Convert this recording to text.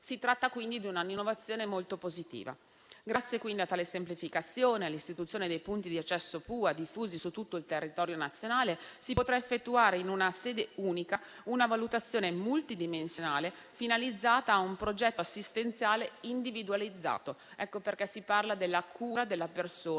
Si tratta, quindi, di un'innovazione molto positiva. Grazie a tale semplificazione e all'istituzione dei punti unici di accesso (PUA) diffusi su tutto il territorio nazionale, si potrà effettuare in una sede unica una valutazione multidimensionale finalizzata a un progetto assistenziale individualizzato (per questo si parla della cura della persona